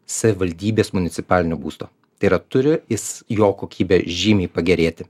savivaldybės municipalinių būstų tai yra turi jis jo kokybė žymiai pagerėti